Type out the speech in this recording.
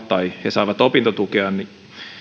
tai he saavat opintotukea niin